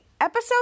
episode